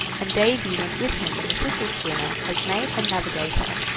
and davy went with him in the thistle schooner as mate and navigator,